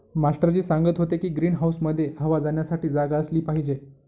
master ji सांगत होते की ग्रीन हाऊसमध्ये हवा जाण्यासाठी जागा असली पाहिजे